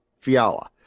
Fiala